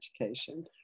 education